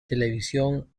televisión